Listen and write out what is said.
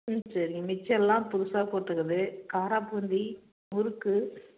ம் சரிங்க மிக்சரெலாம் புதுசாக போட்டிருக்குது காராப்பூந்தி முறுக்கு